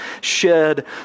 shed